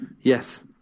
Yes